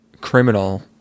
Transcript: criminal